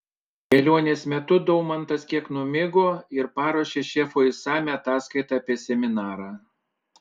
kelionės metu daumantas kiek numigo ir paruošė šefui išsamią ataskaitą apie seminarą